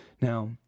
Now